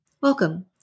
Welcome